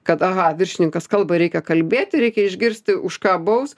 kad aha viršininkas kalba reikia kalbėti reikia išgirsti už ką baus